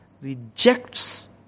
rejects